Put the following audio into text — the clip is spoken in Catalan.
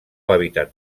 hàbitat